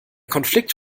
konflikt